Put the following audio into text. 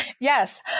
Yes